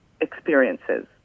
experiences